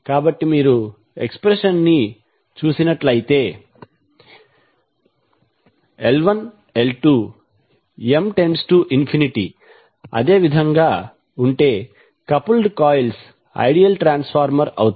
కాబట్టి మీరు ఎక్స్ప్రెషన్ ను చూస్తేL1L2M→∞ అదే విధంగా ఉంటే కపుల్డ్ కాయిల్స్ ఐడియల్ ట్రాన్స్ఫార్మర్ అవుతాయి